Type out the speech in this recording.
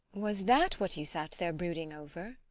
was that what you sat there brooding over?